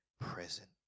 present